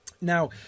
Now